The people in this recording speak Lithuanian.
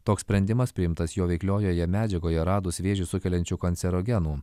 toks sprendimas priimtas jo veikliojoje medžiagoje radus vėžį sukeliančių kancerogenų